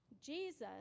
Jesus